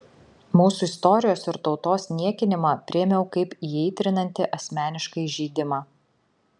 mūsų istorijos ir tautos niekinimą priėmiau kaip įaitrinantį asmenišką įžeidimą